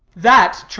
that,